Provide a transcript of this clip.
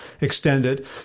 extended